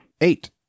Eight